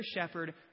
shepherd